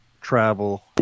travel